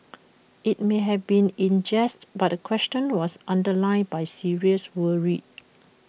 IT may have been in jest but the question was underlined by serious worry